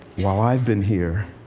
while i've been here.